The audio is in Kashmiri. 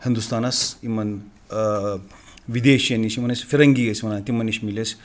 ہِنٛدُستانَس یِمَن وِدیشِیَن نِش یِمَن أسۍ فِرنٛگی ٲسۍ وَنان تِمَن نِش مِلے اَسہِ